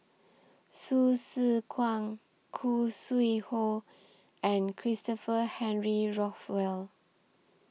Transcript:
Hsu Tse Kwang Khoo Sui Hoe and Christopher Henry Rothwell